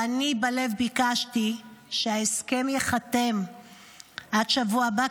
ואני בלב ביקשתי שההסכם ייחתם עד השבוע הבא,